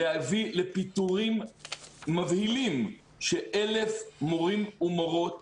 להביא לפיטורים מבהילים של 1,000 מורים ומורות